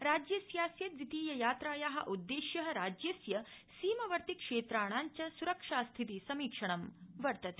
राज्यस्यास्य दवितीययात्राया उद्देश्य राज्यस्य सीमावर्तिक्षेत्राणाश्व सुरक्षास्थिति समीक्षणं वर्तते